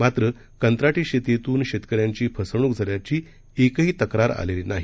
मात्रकंत्राटीशेतीतूनशेतकऱ्यांचीफसवणूकझाल्याचीएकहीतक्रारआलेलीनाही